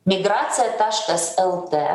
migracija taškas lt